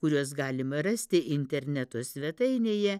kuriuos galima rasti interneto svetainėje